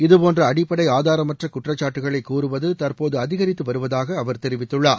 இதுபோன்ற அடிப்படை ஆதாரமற்ற குற்றச்சாட்டுகளை கூறுவது தற்போது அதிகித்து வருவதாக அவர் தெரிவித்துள்ளார்